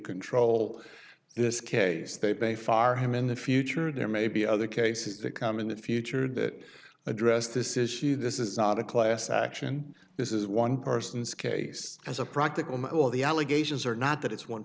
control this case they pay far him in the future there may be other cases that come in the future that address this issue this is not a class action this is one person's case as a practical matter all the allegations are not that it's one